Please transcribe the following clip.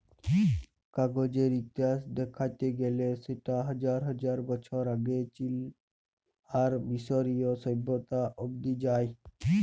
কাগজের ইতিহাস দ্যাখতে গ্যালে সেট হাজার হাজার বছর আগে চীল আর মিশরীয় সভ্যতা অব্দি যায়